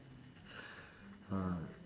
uh